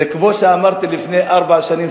זה כמו שאמרתי לפני ארבע שנים,